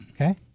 Okay